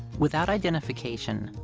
without identification,